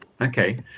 Okay